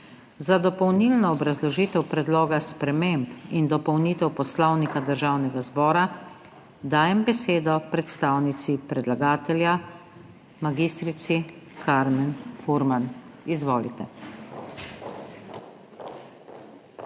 Za dopolnilno obrazložitev Predloga sprememb in dopolnitev Poslovnika Državnega zbora dajem besedo predstavnici predlagatelja mag. Karmen Furman. Izvolite.